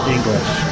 English